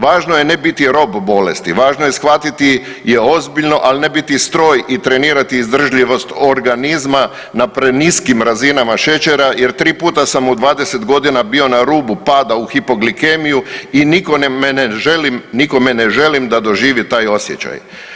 Važno je biti rob bolesti, važno je shvatiti je ozbiljno, a ne biti stroj i trenirati izdržljivost organizma na preniskim razinama šećera jer 3 puta sam u 20 godina bio na rubu pada u hipoglikemiju i nikome ne želim, nikome ne želim da doživi taj osjećaj.